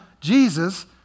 Jesus